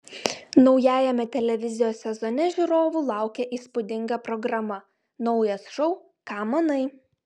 naujajame televizijos sezone žiūrovų laukia įspūdinga programa naujas šou ką manai